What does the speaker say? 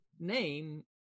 name